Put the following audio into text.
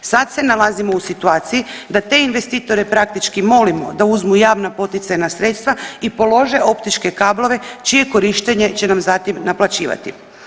Sad se nalazimo u situaciji da te investitore praktički molimo da uzmu javna poticajna sredstva i polože optičke kablove čije korištenje će nam zatim naplaćivati.